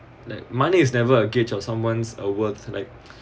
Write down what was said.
like money is never a gauge of someone's a worth like